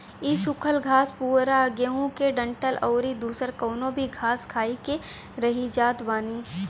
इ सुखल घास पुअरा गेंहू के डंठल अउरी दुसर कवनो भी घास खाई के रही जात बानी